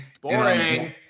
Boring